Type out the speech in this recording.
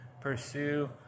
pursue